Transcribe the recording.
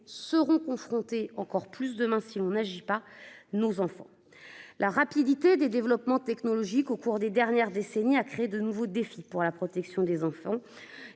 seront plus encore à l'avenir si nous n'agissons pas. La rapidité des développements technologiques au cours des dernières décennies a créé de nouveaux défis pour la protection des mineurs.